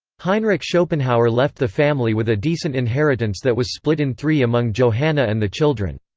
heinrich schopenhauer left the family with a decent inheritance that was split in three among johanna and the children.